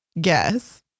guess